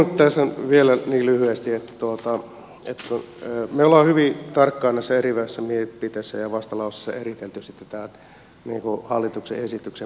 sanon nyt tässä vielä lyhyesti että me olemme hyvin tarkkaan näissä erilaisissa mielipiteissä ja vastalauseissa eritelleet tämän hallituksen esityksen puutteet